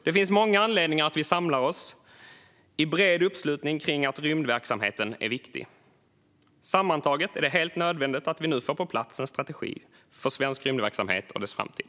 Det finns många anledningar för oss att samla oss i bred uppslutning kring att rymdverksamheten är viktig. Sammantaget är det helt nödvändigt att vi nu får på plats en strategi för svensk rymdverksamhet och dess framtid.